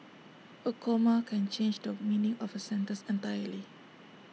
A comma can change the meaning of A sentence entirely